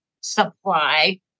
supply